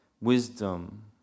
wisdom